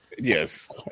Yes